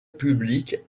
publique